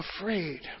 afraid